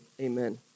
amen